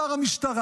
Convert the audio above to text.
שר המשטרה,